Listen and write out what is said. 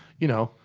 you know,